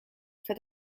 for